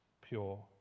pure